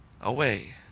away